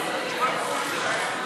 והוראת שעה),